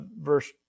verse